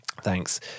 Thanks